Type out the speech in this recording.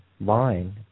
line